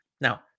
Now